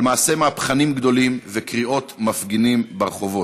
על מעשי מהפכנים גדולים וקריאות מפגינים ברחובות.